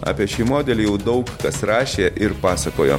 apie šį modelį jau daug kas rašė ir pasakojo